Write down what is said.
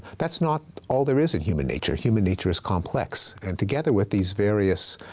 that's not all there is in human nature. human nature is complex. and together with these various